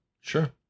Sure